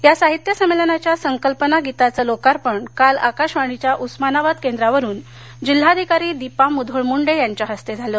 या साहित्य संमेलनाच्या संकल्पना गीताचं लोकार्पण काल आकाशवाणीच्या उस्मानाबाद केंद्रावरून जिल्हाधिकारी दीपा मुधोळ मुंडे यांच्या हस्ते झालं